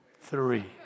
three